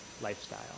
lifestyle